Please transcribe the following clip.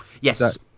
yes